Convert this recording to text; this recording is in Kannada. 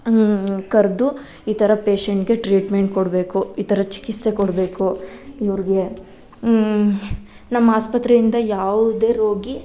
ಕರೆದು ಈ ಥರ ಪೇಶೆಂಟ್ಗೆ ಟ್ರೀಟ್ಮೆಂಟ್ ಕೊಡಬೇಕು ಈ ಥರ ಚಿಕಿತ್ಸೆ ಕೊಡಬೇಕು ಇವ್ರಿಗೆ ನಮ್ಮ ಆಸ್ಪತ್ರೆಯಿಂದ ಯಾವುದೇ ರೋಗಿ